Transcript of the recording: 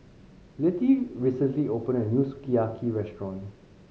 Littie recently opened a new Sukiyaki Restaurant